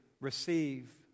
receive